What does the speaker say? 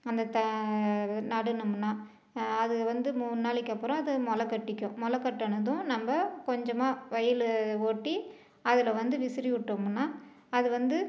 அந்த தா நடணும்னா அது வந்து மூணு நாளைக்கு அப்புறம் அது மொளைக்கட்டிக்கும் மொளக் கட்டுனதும் நம்ப கொஞ்சமா வயலு ஓட்டி அதுல வந்து விசிறி விட்டோம்னா அது வந்து